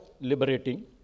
liberating